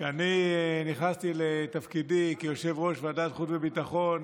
כשאני נכנסתי לתפקידי כיושב-ראש ועדת חוץ וביטחון